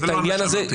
זה לא מה שאמרתי.